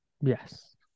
Yes